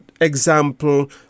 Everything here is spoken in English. example